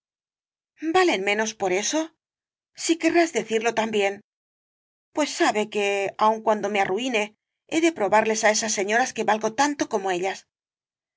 valen menos por eso si querrás decirlo también pues sabe que aun cuando me arruine he de probarles á esas señoras que valgo tanto como ellas